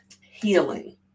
healing